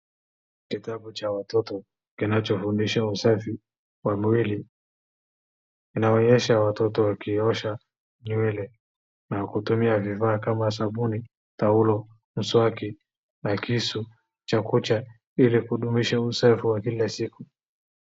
Kitabu cha watoto kinachofundisha usafi wa mwili, kinaonyesha watoto wakiosha nywele na kutumia vifaa kama sabuni, taulo, mswaki na kisu cha kucha ili kudumisha usafi wa kila siku.